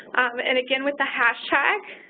and again with the hashtag,